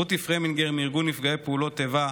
רותי פרמינגר מארגון נפגעי פעולות איבה,